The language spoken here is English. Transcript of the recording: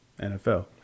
NFL